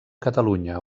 catalunya